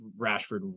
Rashford